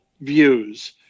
views